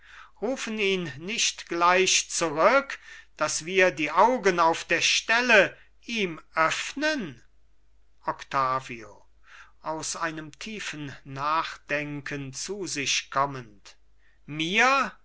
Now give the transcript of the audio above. rufen ihn nicht gleich zurück daß wir die augen auf der stelle ihm öffnen octavio aus einem tiefen nachdenken zu sich kommend mir